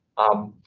um,